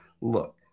look